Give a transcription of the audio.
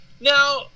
Now